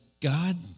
God